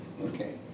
Okay